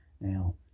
Now